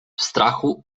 strachu